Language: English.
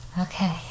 Okay